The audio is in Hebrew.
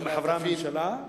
גם מחברי הממשלה,